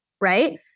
right